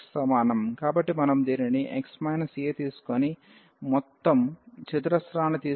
కాబట్టి మనం దీనిని తీసుకుని మొత్తం చతురస్రాన్ని తీసుకుంటే అది అవుతుంది